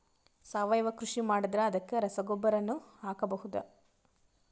ಸಾವಯವ ಕೃಷಿ ಮಾಡದ್ರ ಅದಕ್ಕೆ ರಸಗೊಬ್ಬರನು ಹಾಕಬಹುದಾ?